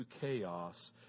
chaos